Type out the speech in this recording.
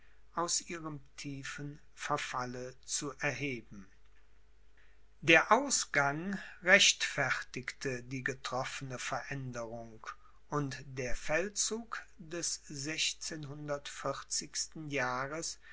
aus ihrem tiefen verfalle zu erheben der ausgang rechtfertigte die getroffene veränderung und der feldzug des jahres